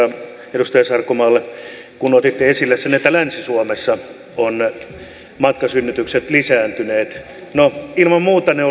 edustaja sarkomaalle kun otitte esille sen että länsi suomessa ovat matkasynnytykset lisääntyneet no ilman muuta ne